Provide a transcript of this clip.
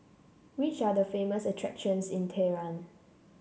which are the famous attractions in Tehran